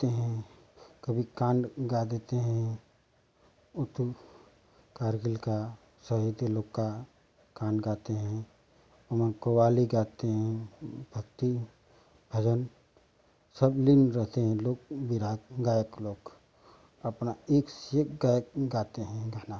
गाते हैं कभी कांड गा लेते हैं उस दिन कार्गिल का शहीद लोगों का कांड गाते हैं हम क़व्वाली गाते हैं भक्ति भजन सब लीन रहते हैं लोक बिरहा गायक लोग अपना एक से एक गायक गाते हैं गाना